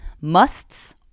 Musts